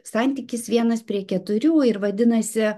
santykis vienas prie keturių ir vadinasi